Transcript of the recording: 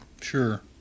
Sure